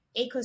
ecosystem